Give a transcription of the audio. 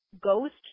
Ghost